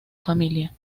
familia